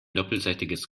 doppelseitiges